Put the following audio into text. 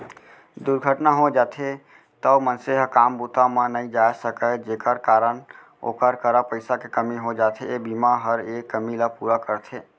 दुरघटना हो जाथे तौ मनसे ह काम बूता म नइ जाय सकय जेकर कारन ओकर करा पइसा के कमी हो जाथे, ए बीमा हर ए कमी ल पूरा करथे